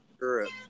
Europe